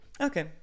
Okay